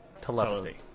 Telepathy